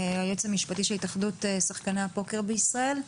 היועץ המשפטי של התאחדות שחקני הפוקר בישראל.